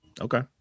Okay